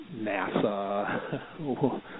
NASA